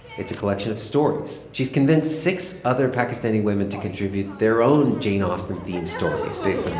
it's a collection of stories. she's convinced six other pakistani women to contribute their own jane austen-themed stories based like